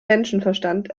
menschenverstand